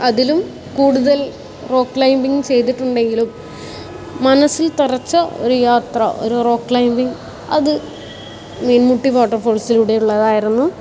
അതിലും കൂടുതൽ rock climbing ചെയ്തിട്ടുണ്ടെങ്കിലും മനസ്സിൽ തറച്ച ഒരു യാത്ര ഒരു റോക്ക് ക്ലൈമ്പിങ് അത് മീൻമുട്ടി വാട്ടർഫാൾസിലൂടെ ഉള്ളതായിരുന്നു